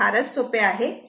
हे फारच सोपे आहे